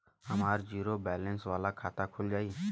हमार zero balance वाला खाता खुल जाई?